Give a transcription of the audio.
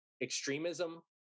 extremism